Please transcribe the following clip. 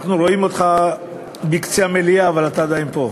אנחנו רואים אותך בקצה המליאה אבל אתה עדיין פה.